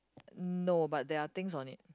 no but there are things on it